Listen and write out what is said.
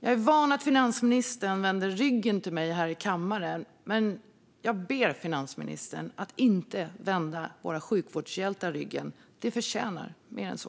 Jag är van att finansministern vänder ryggen till mig här i kammaren, men jag ber henne att inte vända våra sjukvårdshjältar ryggen. De förtjänar mer än så.